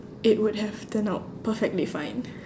it would have turned out perfectly fine